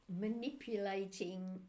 manipulating